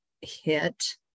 hit